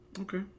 Okay